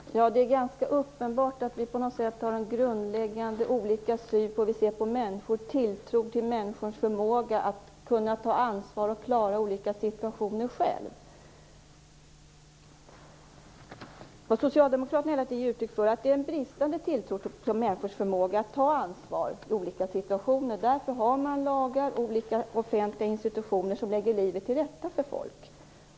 Fru talman! Det är ganska uppenbart att vi har en grundläggande olika syn på och tilltro till människors förmåga att själva ta ansvar och klara olika situationer. Vad Socialdemokraterna hela tiden ger uttryck för är en bristande tilltro till människors förmåga att ta ansvar i olika situationer. Därför har man lagar och olika offentliga institutioner som lägger livet till rätta för folk.